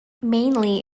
mainly